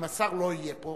אם השר לא יהיה פה,